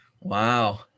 Wow